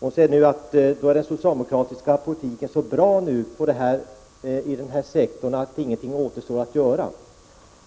frågade nu: Är den socialdemokratiska politiken på den här sektorn nu så bra att ingenting återstår att göra?